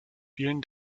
vielen